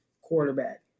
quarterback